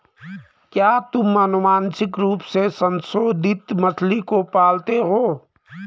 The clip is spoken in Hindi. क्या तुम आनुवंशिक रूप से संशोधित मछली को पालते हो?